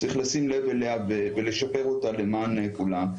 צריך לשים לב אליה ולשפר אותה למען כולם.